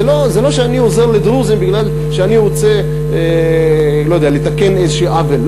זה לא שאני עוזר לדרוזים מפני שאני רוצה לתקן איזה עוול.